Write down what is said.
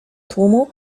tłumu